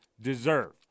deserve